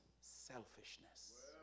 selfishness